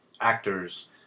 actors